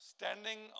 Standing